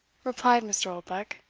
replied mr. oldbuck.